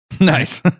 Nice